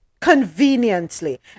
Conveniently